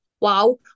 Wow